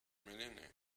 millionaire